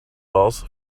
wells